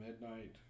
midnight